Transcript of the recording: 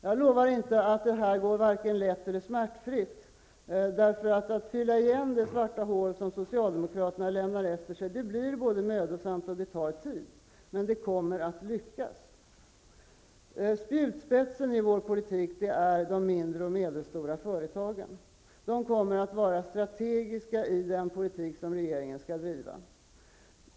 Jag lovar inte att det skall gå vare sig lätt eller smärtfritt. Att fylla igen det svarta hål som socialdemokraterna lämnar efter sig blir mödosamt och tar tid, men det kommer att lyckas. Spjutspetsen i vår politik är de mindre och medelstora företagen. De kommer att vara strategiska i den politik som regeringen skall driva.